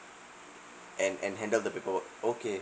and and handle the paperwork okay